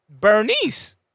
Bernice